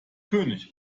könig